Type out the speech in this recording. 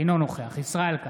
אינו נוכח ישראל כץ,